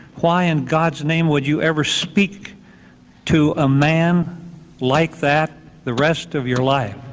why in god's name would you ever speak to a man like that the rest of your life?